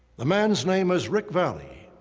the man's name is rick vallee,